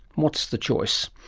what's the choice?